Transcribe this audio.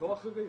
לא אחרים.